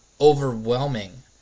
overwhelming